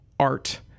art